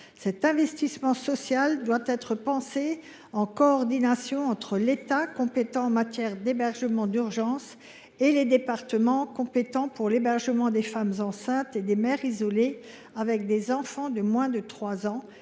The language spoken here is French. Cet investissement social doit être pensé en coordination entre l’État, compétent en matière d’hébergement d’urgence, et les départements, compétents pour l’hébergement des femmes enceintes et des mères isolées avec des enfants de moins de 3 ans.